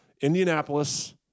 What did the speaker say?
Indianapolis